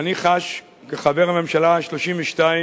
שאני חש, כחבר הממשלה ה-32,